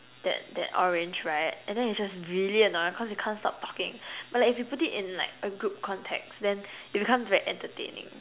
that that orange right and then is just really annoying cause it can't stop talking but like if you put it like a group context then it becomes very entertaining